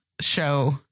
show